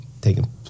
taking